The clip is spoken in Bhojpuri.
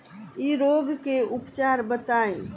इ रोग के उपचार बताई?